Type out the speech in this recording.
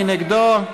מי נגדו?